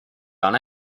done